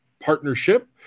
partnership